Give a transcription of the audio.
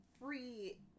free